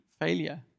failure